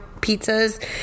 Pizzas